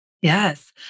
Yes